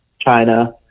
China